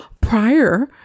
prior